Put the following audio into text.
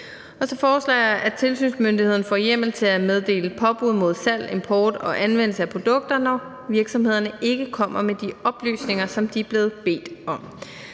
så foreslår jeg, at tilsynsmyndigheden får hjemmel til at meddele påbud mod salg, import og anvendelse af produkter, når virksomhederne ikke kommer med de oplysninger, som de er blevet bedt om.